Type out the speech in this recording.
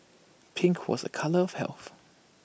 pink was A colour of health